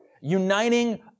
uniting